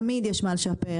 תמיד יש מה לשפר,